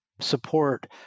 support